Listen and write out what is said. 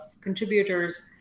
contributors